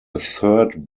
third